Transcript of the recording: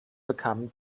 bekamen